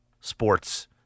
sports